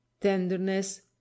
tenderness